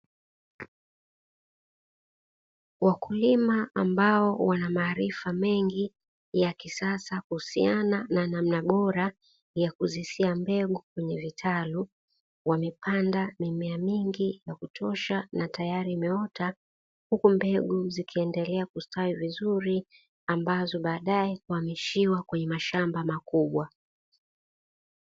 Wakulima ambao wana maarifa mengi ya kisasa kuhusiana na namna bora ya kuzisia mbegu kwenye vitalu wamepanda mimea mingi ya kutosha na tayari imeota huku mbegu zikiendelea kustawi vizuri ambazo baadae uhamishiwa kwenye mashamba makubwa.